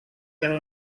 yang